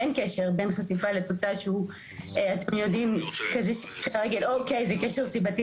אין קשר בין חשיפה לתוצאה שהוא אתם יודעים שאפשר להגיד אוקי זה קשר סיבתי